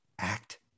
act